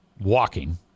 Walking